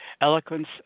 eloquence